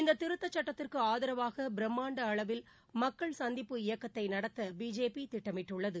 இந்த திருத்த சுட்டத்திற்கு ஆதரவாக பிரம்மாண்ட அளவில் மக்கள் சந்திப்பு இயக்கத்தை நடத்த பிஜேபி திட்டமிட்டுள்ளது